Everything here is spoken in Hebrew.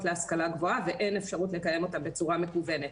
להשכלה גבוהה ואין אפשרות לקיים אותם בצורה מקוונת.